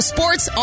Sports